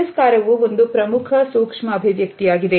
ತಿರಸ್ಕಾರವೂ ಒಂದು ಪ್ರಮುಖ ಸೂಕ್ಷ್ಮ ಅಭಿವ್ಯಕ್ತಿಯಾಗಿದೆ